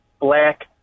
black